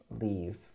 leave